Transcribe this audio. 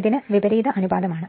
ഇതിന് വിപരീത അനുപാതമാണ്